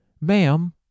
ma'am